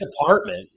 apartment